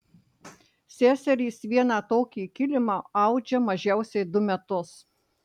seserys vieną tokį kilimą audžia mažiausiai du metus